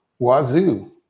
Wazoo